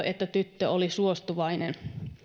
että tyttö oli suostuvainen